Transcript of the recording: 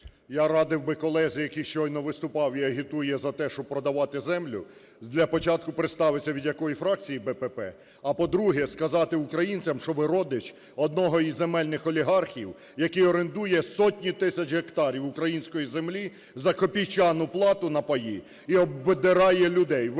Я радив би колезі, який щойно виступав і агітує за те, щоб продавати землю, для початку представиться від якої фракції, БПП, а по-друге, сказати українцям, що ви – родич одного із земельних олігархів, який орендує сотні тисяч гектарів української землі за копійчану плату на паї і обдирає людей,